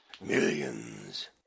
Millions